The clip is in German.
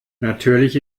natürlich